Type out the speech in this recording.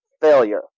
failure